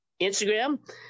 Instagram